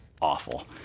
awful